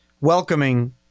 welcoming